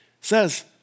says